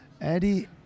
Eddie